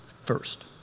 first